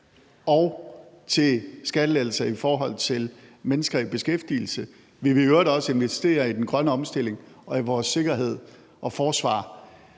og til skattelettelser for mennesker i beskæftigelse. Vi vil i øvrigt også investere i den grønne omstilling og i vores sikkerhed og forsvar.